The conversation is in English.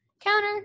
counter